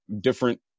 different